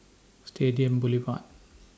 Stadium Boulevard